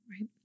Right